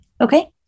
Okay